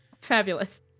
Fabulous